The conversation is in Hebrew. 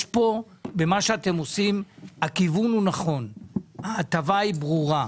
הכיוון של מה שאתם עושים הוא נכון; ההטבה היא ברורה.